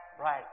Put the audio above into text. Right